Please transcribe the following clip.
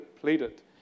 pleaded